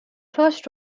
first